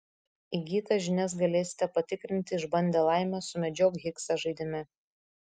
įgytas žinias galėsite patikrinti išbandę laimę sumedžiok higsą žaidime